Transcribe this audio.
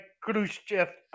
Khrushchev